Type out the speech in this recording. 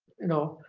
you know.